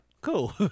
Cool